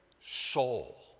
soul